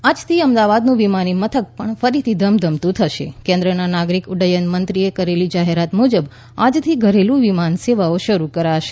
વિમાની સેવા આજથી અમદાવાદનું વિમાની મથક પણ ફરી ધમધમતુ થશે કેન્દ્રના નાગરિક ઉક્રુયનમંત્રીએ કરેલી જાહેરાત મુજબ આજથી ઘરેલું વિમાની સેવાઓ શરૂ કરાશે